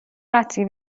قطعی